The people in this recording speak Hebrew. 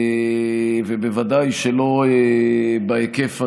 ובוודאי שלא בהיקף הזה.